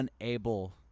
unable